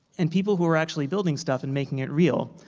and people who are actually building stuff and making it real.